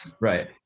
Right